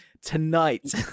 tonight